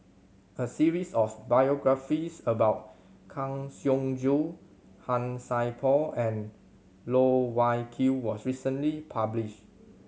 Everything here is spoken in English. a series of biographies about Kang Siong Joo Han Sai Por and Loh Wai Kiew was recently publish